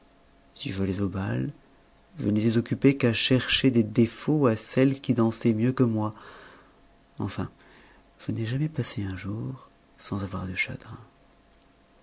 si j'allais au bal je n'étais occupée qu'à chercher des défauts à celles qui dansaient mieux que moi enfin je n'ai jamais passé un jour sans avoir du chagrin